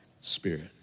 spirit